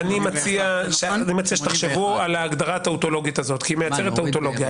אני מציע שתחשבו על הגדרה טאוטולוגית הזאת כי היא מייצרת טאוטולוגיה.